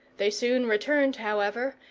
they soon returned, however,